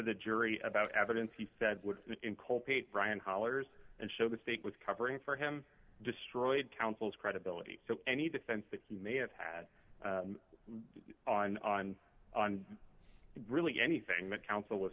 the jury about evidence he said would call paid brian hollers and show the state was covering for him destroyed councils credibility any defense that he may have had on on on really anything that counsel was